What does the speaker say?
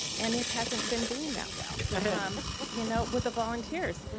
and it hasn't been doing that well um you know with the volunteers.